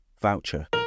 voucher